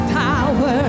power